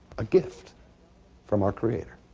a gift from our creator